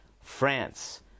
France